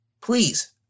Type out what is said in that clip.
please